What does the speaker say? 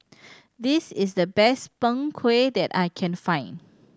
this is the best Png Kueh that I can find